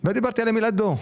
לא דיברתי על המילה דוח.